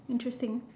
interesting